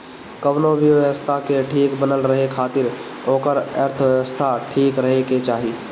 कवनो भी व्यवस्था के ठीक बनल रहे खातिर ओकर अर्थव्यवस्था ठीक रहे के चाही